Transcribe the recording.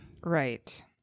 Right